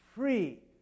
free